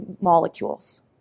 molecules